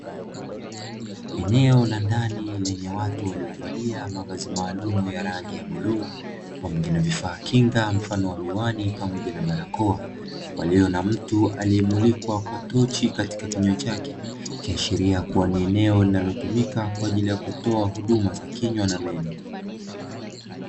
Eneo la ndani lenye watu waliovalia mavazi maalumu ya rangi ya bluu pamoja na vifaa kinga mfano wa miwani pamoja na barakoa, walio na mtu aliyemulikwa kwa tochi katika kinywa chake ikiashiria kuwa ni eneo linalotumika kwa ajili ya kutoa huduma za kinywa na meno.